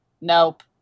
nope